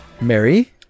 Mary